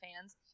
fans